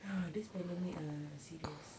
ya this pandemic ah serious